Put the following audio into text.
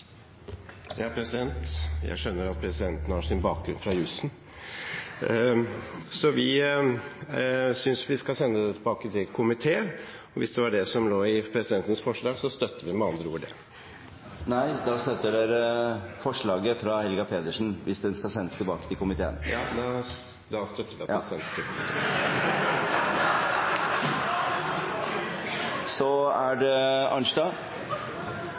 Jeg skjønner at presidenten har sin bakgrunn fra jusen! Vi synes at vi skal sende det tilbake til komité, så hvis det var det som lå i presidentens forslag, støtter vi med andre ord det. Nei, hvis dere ønsker å sende det tilbake til komiteen, støtter dere forslaget fra Helga Pedersen. Da støtter vi at det skal sendes tilbake til komiteen.